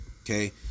okay